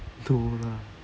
no lah